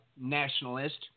Nationalist